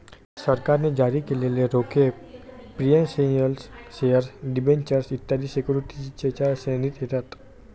सरकारने जारी केलेले रोखे प्रिफरेंशियल शेअर डिबेंचर्स इत्यादी सिक्युरिटीजच्या श्रेणीत येतात